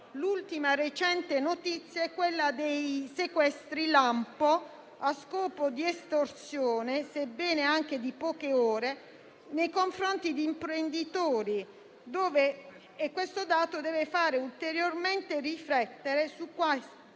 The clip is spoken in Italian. L'ultima recente notizia è quella dei sequestri lampo a scopo di estorsione, sebbene anche di poche ore, nei confronti di imprenditori. Questo dato deve fare ulteriormente riflettere su quanto